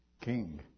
king